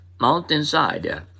mountainside